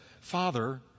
Father